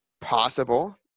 possible